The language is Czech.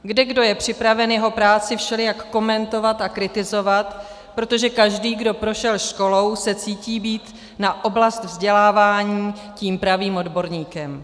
Kdekdo je připraven jeho práci všelijak komentovat a kritizovat, protože každý, kdo prošel školou, se cítí být na oblast vzdělávání tím pravým odborníkem.